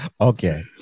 okay